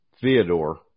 Theodore